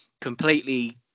completely